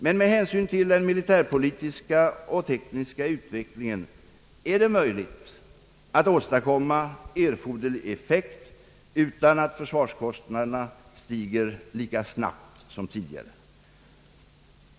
Och tack vare den militärpolitiska och tekniska utvecklingen är det möjligt att åstadkomma erforderlig effekt utan att försvarskostnaderna behöver stiga lika snabbt som tidigare.